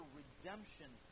redemption